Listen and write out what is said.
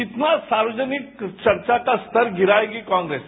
कितना सार्वजनिक चर्चा का स्तर गिराएगी कांग्रेस